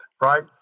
right